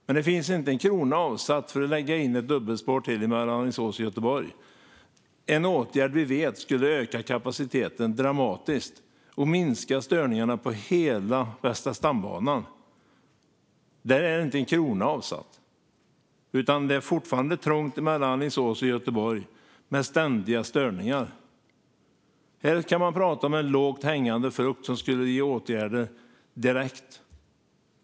Men det finns inte en krona avsatt för att lägga in ett dubbelspår till mellan Alingsås och Göteborg, en åtgärd som vi vet skulle öka kapaciteten dramatiskt och minska störningarna på hela Västra stambanan. Inte en krona har man satt av för detta, utan det är fortfarande trångt mellan Alingsås och Göteborg, med ständiga störningar. Där kan man prata om en lågt hängande frukt och något som skulle ge verkan direkt.